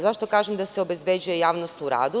Zašto kažem da se obezbeđuje javnost u radu?